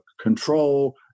control